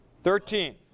Thirteen